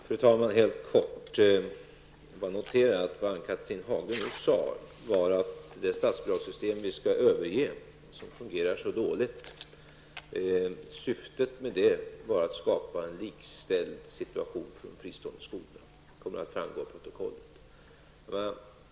Fru talman! Helt kort vill jag bara notera att vad Ann-Cathrine Haglund nyss sade var att det statsbidrag som vi nu skall överge och som fungerar så dåligt hade till syfte att skapa en likställd situation för de fristående skolorna. Det kommer att framgå av protokollet.